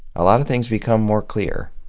a lot of things become more clear.